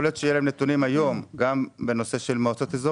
יכול להיות שהיום יהיו להם נתונים גם על מועצות אזוריות.